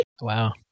Wow